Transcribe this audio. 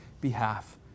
behalf